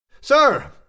Sir